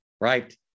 right